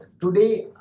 today